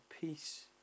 peace